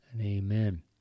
Amen